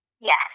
Yes